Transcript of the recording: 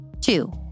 Two